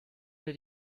did